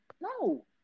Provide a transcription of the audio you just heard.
No